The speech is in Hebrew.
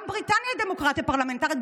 גם בריטניה היא דמוקרטיה פרלמנטרית,